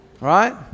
right